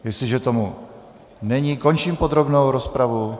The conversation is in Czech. Jestliže tomu tak není, končím podrobnou rozpravu.